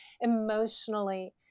emotionally